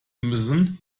müssen